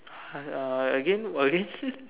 uh again what again